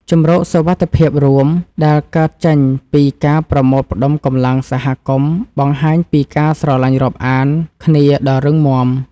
ជម្រកសុវត្ថិភាពរួមដែលកើតចេញពីការប្រមូលផ្តុំកម្លាំងសហគមន៍បង្ហាញពីការស្រឡាញ់រាប់អានគ្នាដ៏រឹងមាំ។